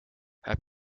het